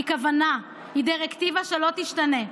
היא כוונה, היא דירקטיבה שלא תשתנה.